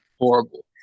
Horrible